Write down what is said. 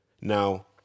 Now